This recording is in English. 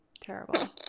terrible